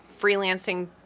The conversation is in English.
freelancing